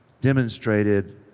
demonstrated